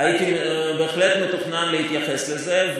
הייתי בהחלט מתוכנן להתייחס לזה,